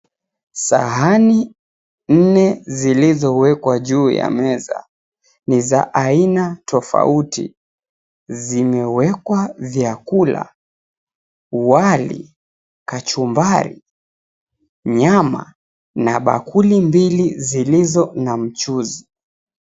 Sahani nne zilizowekwa juu ya meza ni za aina tofauti, zimewekwa vyakula wali, kachumbari, nyama na bakuli mbili zilizo na mchuzi.